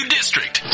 District